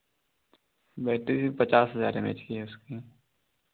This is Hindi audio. बैटरी पचास हज़ार एम एच की है उसकी